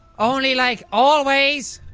only like always!